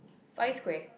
Far-East-Square